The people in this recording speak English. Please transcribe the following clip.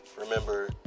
remember